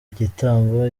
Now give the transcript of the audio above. igitambo